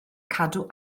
cadw